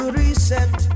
reset